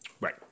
right